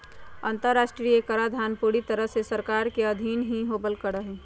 अन्तर्राष्ट्रीय कराधान पूरी तरह से सरकार के अधीन ही होवल करा हई